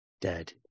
dead